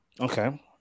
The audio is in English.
Okay